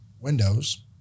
Windows